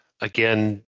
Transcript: Again